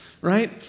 right